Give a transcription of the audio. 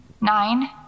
Nine